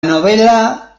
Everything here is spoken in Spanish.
novela